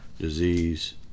disease